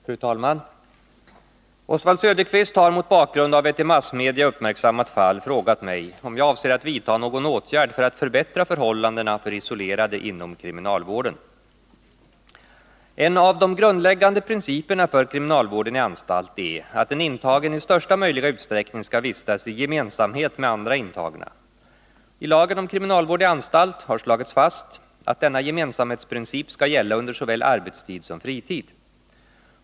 Fru talman! Oswald Söderqvist har mot bakgrund av ett i massmedia uppmärksammat fall frågat mig om jag avser att vidta någon åtgärd för att förbättra förhållandena för isolerade inom kriminalvården. En av de grundläggande principerna för kriminalvården i anstalt är att en intagen i största möjliga utsträckning skall vistas i gemensamhet med andra intagna. I lagen om kriminalvård i anstalt har slagits fast att denna gemensamhetsprincip skall gälla under såväl arbetstid som fritid.